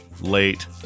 late